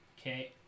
Okay